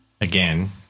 again